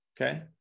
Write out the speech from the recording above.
okay